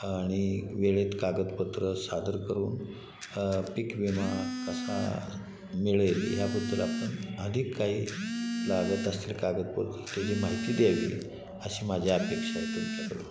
आणि वेळेत कागदपत्रं सादर करून पीकविमा कसा मिळेल याबद्दल आपण अधिक काही लागत असतील कागदपत्र त्याची माहिती द्यावी अशी माझ्या अपेक्षा आहे तुमच्याकडून